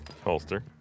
Holster